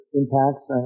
impacts